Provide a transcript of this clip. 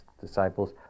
disciples